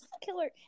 Killer